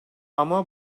ama